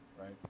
right